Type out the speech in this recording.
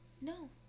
No